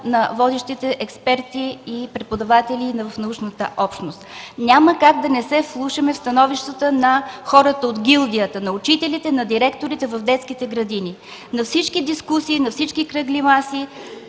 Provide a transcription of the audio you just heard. на водещите експерти и преподаватели в научната общност. Няма как да не се вслушаме в становищата на хората от гилдията – на учителите, на директорите в детските градини. На всички дискусии, на всички кръгли маси